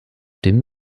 dem